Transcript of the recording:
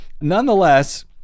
Nonetheless